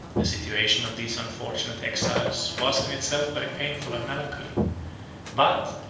the situation of these unfortunate exiles was in itself very painful and melancholy but,